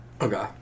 Okay